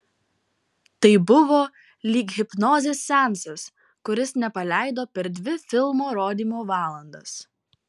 tai buvo lyg hipnozės seansas kuris nepaleido per dvi filmo rodymo valandas